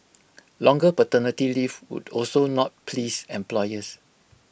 longer paternity leave would also not please employers